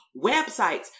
websites